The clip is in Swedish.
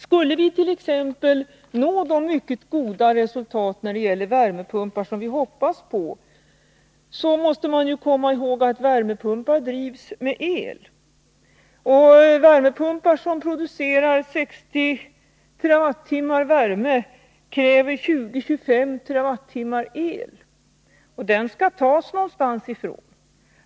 Skulle vi nå de mycket goda resultat när det gäller värmepumpar som vi hoppas på, måste man komma ihåg att värmepumpar drivs med el, och värmepumpar som producerar 60 TWh värme kräver 20-25 TWh el. Den skall tas någonstans.